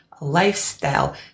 lifestyle